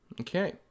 Okay